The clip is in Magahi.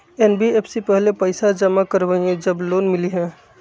एन.बी.एफ.सी पहले पईसा जमा करवहई जब लोन मिलहई?